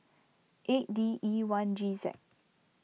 eight D E one G Z